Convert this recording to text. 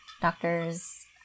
doctors